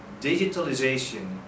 Digitalization